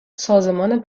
سازمان